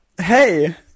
Hey